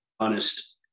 Honest